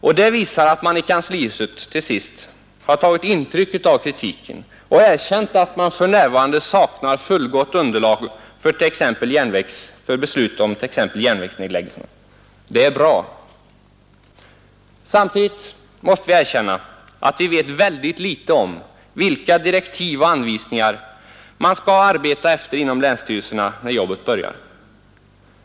Och det visar att man i kanslihuset — till sist — har tagit intryck av kritiken och erkänt att man för närvarande saknar fullgott underlag för beslut om t.ex. järnvägsnedläggelserna. Det är bra! Samtidigt måste vi erkänna att vi vet väldigt litet om vilka direktiv och anvisningar man skall arbeta efter inom länsstyrelserna när jobbet börjar.